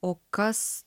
o kas